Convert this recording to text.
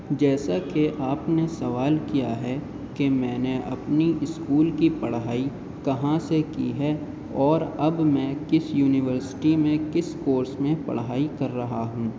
جیسا کہ آپ نے سوال کیا ہے کہ میں نے اپنی اسکول کی پڑھائی کہاں سے کی ہے اور اب میں کس یونیورسٹی میں کس کورس میں پڑھائی کر رہا ہوں